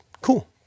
cool